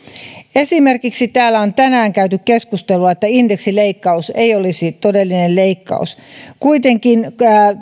esimerkiksi täällä on tänään käyty keskustelua siitä että indeksileikkaus ei olisi todellinen leikkaus kuitenkin